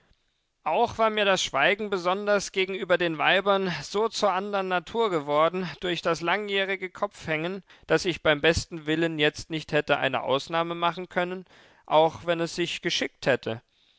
auch war mir das schweigen besonders gegenüber den weibern so zur andern natur geworden durch das langjährige kopfhängen daß ich beim besten willen jetzt nicht hätte eine ausnahme machen können auch wenn es sich geschickt hätte